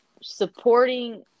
supporting